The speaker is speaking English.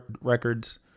records